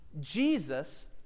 Jesus